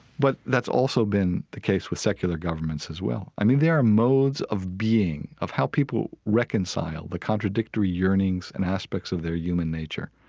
but that's also been the case with secular governments as well. i mean, there are modes of being, of how people reconcile the contradictory yearnings and aspects of their human nature.